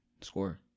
score